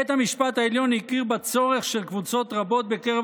בית המשפט העליון הכיר בצורך של קבוצות רבות בקרב